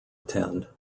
attend